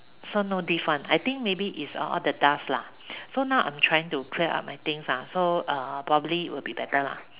so no diff [one] I think maybe is uh all the dust lah so now I'm trying to clear up my things ah so uh probably will be better lah